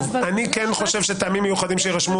שאני כן חושב שטעמים מיוחדים שיירשמו,